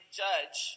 judge